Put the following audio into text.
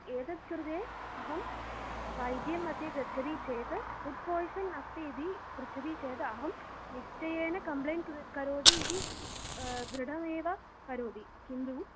एतत् कृते अहं वैद्यं मध्ये गच्छति चेत् फ़ुड् पोय्सन् अस्ति इति पृच्छति चेत् अहं निश्चयेन कम्प्लेण्ट् कृ करोमि इति दृढमेव करोमि किन्तु